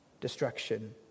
destruction